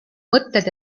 mõtted